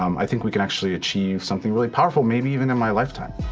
um i think we can actually achieve something really powerful, maybe even in my lifetime.